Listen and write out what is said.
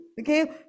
Okay